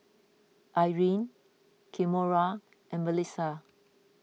Irena Kimora and Mellisa